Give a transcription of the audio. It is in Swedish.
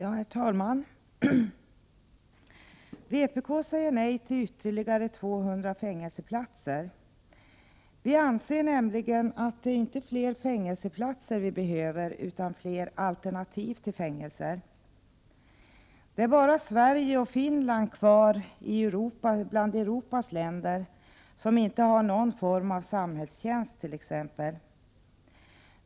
Herr talman! Vpk säger nej till ytterligare 200 fängelseplatser. Inom vpk anser vi nämligen att det inte är fler fängelseplatser som behövs utan fler alternativ till fängelser. Det är bara Sverige och Finland kvar bland Europas länder som inte har någon form av t.ex. samhällstjänst.